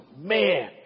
man